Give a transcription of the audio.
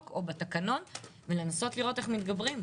או בתקנון וגם לנסות לראות איך מתגברים.